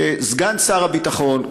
כסגן שר הביטחון,